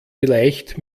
vielleicht